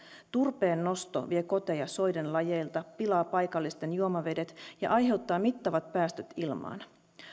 turpeennosto vie koteja soiden lajeilta pilaa paikallisten juomavedet ja aiheuttaa mittavat päästöt ilmaan